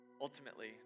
ultimately